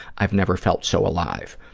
i've never felt so alive.